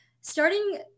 starting